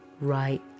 right